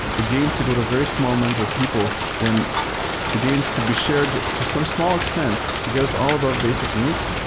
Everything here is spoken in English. the gains to go to very small number of people when the gains could be shared to some small extents to get us all above basic needs,